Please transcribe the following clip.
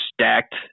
stacked